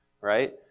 right